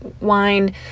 wine